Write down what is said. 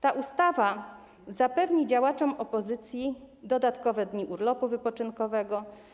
Ta ustawa zapewni działaczom opozycji dodatkowe dni urlopu wypoczynkowego.